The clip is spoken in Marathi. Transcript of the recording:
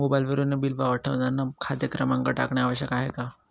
मोबाईलवरून बिल पाठवताना खाते क्रमांक टाकणे आवश्यक आहे का?